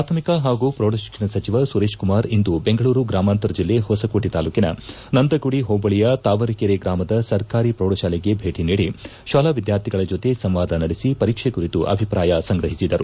ಪಾಥಮಿಕ ಪಾಗೂ ಪೌಡ ಶಿಕ್ಷಣ ಸಚಿವ ಸುರೇಶ್ ಕುಮಾರ್ ಇಂದು ಬೆಂಗಳೂರು ಗ್ರಾಮಾಂತರ ಜಿಲ್ಲೆ ಹೊಸಕೋಟೆ ತಾಲ್ಡೂಕಿನ ನಂದಗುಡಿ ಹೋಬಳಿಯ ತಾವರೆಕೆರೆ ಗ್ರಾಮದ ಸರ್ಕಾರಿ ಪ್ರೌಢಶಾಲೆಗೆ ಭೇಟ ನೀಡಿ ಶಾಲಾ ವಿದ್ಯಾರ್ಥಿಗಳ ಜೊತೆ ಸಂವಾದ ನಡೆಸಿ ಪರೀಕ್ಷೆ ಕುರಿತು ಅಭಿಪ್ರಾಯ ಸಂಗ್ರಹಿಸಿದರು